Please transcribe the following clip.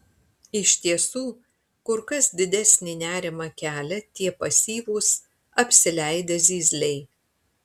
iš tiesų kur kas didesnį nerimą kelia tie pasyvūs apsileidę zyzliai